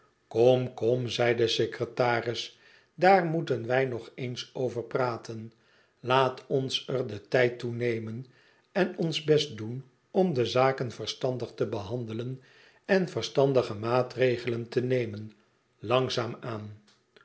kom kom zei de secretaris daar moeten wij nog eens over praten laat ons er den tijd toe nemen en ons best doen om de zaken verstandig te behandelen en verstandige maatregelen te nemen langzaam aan